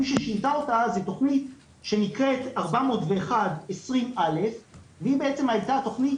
מי ששינתה אותה זו תוכנית 40120א והיא בעצם הייתה התוכנית